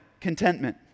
contentment